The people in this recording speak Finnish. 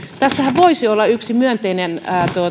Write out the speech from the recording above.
tässähän voisi olla sitten yksi myönteinen